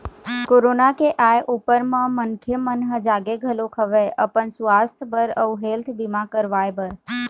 corona के आय ऊपर म मनखे मन ह जागे घलोक हवय अपन सुवास्थ बर अउ हेल्थ बीमा करवाय बर